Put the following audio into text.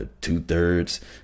two-thirds